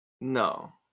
No